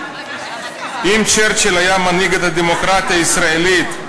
אם צ'רצ'יל היה מנהיג את הדמוקרטיה הישראלית,